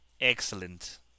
Excellent